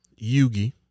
Yugi